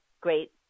great